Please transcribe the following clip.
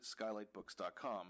skylightbooks.com